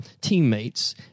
teammates